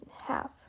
half